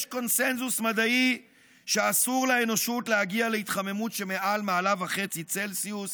יש קונסנזוס מדעי שאסור לאנושות להגיע להתחממות של מעל מעלה וחצי צלזיוס